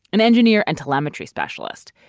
an engineer and telemetry specialist.